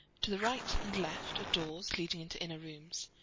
to the right and left are doors leading into inner rooms,